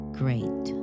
great